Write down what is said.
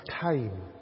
time